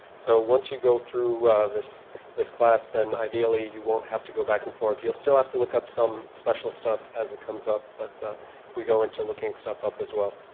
so once you go through this this class, then ideally you won't have to go back and forth. you will still have to look up some special stuff, as it comes up, but we go into looking stuff up as well.